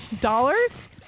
dollars